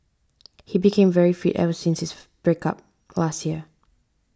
he became very fit ever since his break up last year